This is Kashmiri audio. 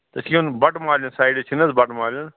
ژےٚ چھِ یُن بٹہٕ مالیُن سایڈٕ چھِ نہَ حظ بٹہٕ مالیُن